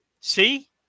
See